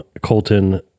Colton